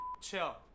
chill